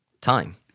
time